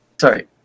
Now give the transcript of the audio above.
sorry